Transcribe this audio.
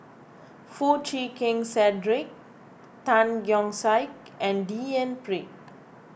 Foo Chee Keng Cedric Tan Keong Saik and D N Pritt